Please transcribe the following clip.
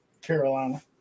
Carolina